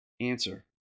Answer